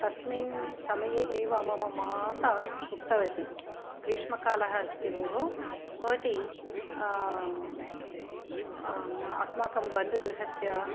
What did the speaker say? तस्मिन् समये एव मम माता उक्तवति ग्रीष्मकालः अस्ति भोः भवती अहम् अस्माकं बन्धुगृहस्य